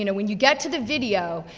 you know when you get to the video,